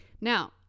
now